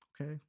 Okay